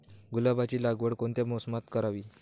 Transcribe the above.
गुलाबाची लागवड कोणत्या मोसमात करावी?